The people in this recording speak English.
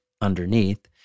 underneath